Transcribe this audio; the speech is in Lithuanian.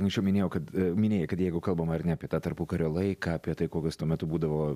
anksčiau minėjau kad minėjai kad jeigu kalbam ar ne apie tą tarpukario laiką apie tai kokios tuo metu būdavo